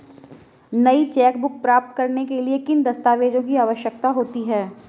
नई चेकबुक प्राप्त करने के लिए किन दस्तावेज़ों की आवश्यकता होती है?